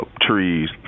trees